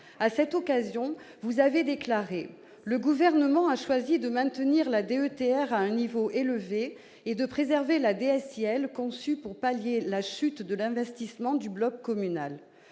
À cette occasion, vous avez déclaré :« Le Gouvernement a choisi de maintenir la DETR à un niveau élevé et de préserver la DSIL, conçue pour pallier la chute de l'investissement du bloc communal. »